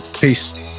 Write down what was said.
Peace